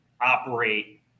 operate